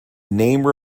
name